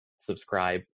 subscribe